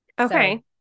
Okay